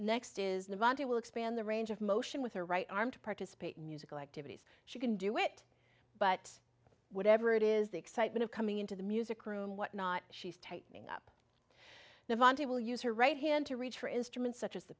next is the volunteer will expand the range of motion with her right arm to participate musical activities she can do it but whatever it is the excitement of coming into the music room what not she's tightening up the vonte will use her right hand to reach for instruments such as the